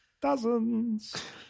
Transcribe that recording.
Dozens